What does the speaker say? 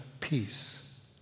peace